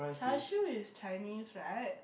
Char-Siew is Chinese right